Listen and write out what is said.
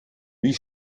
wie